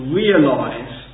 realise